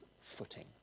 footing